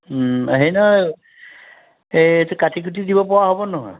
হেৰি নহয় এইটো কাটি কুটি দিব পৰা হ'ব নহয়